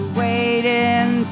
waiting